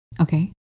Okay